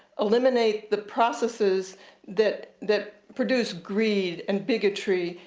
eliminate the processes that that produce greed, and bigotry,